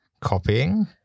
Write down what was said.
Copying